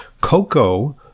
cocoa